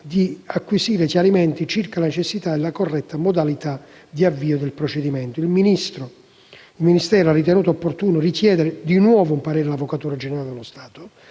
di acquisire chiarimenti circa la necessità e la corretta modalità di avvio del procedimento. Il Ministero ha ritenuto opportuno richiedere un nuovo parere dell'Avvocatura generale dello Stato